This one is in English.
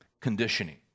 conditioning